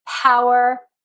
power